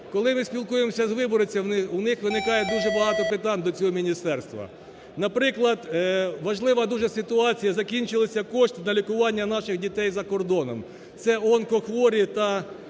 Коли ми спілкуємося з виборцями, у них виникає дуже багато питань до цього міністерства. Наприклад, важлива дуже ситуація, закінчилися кошти на лікування наших дітей за кордоном, це онкохворі та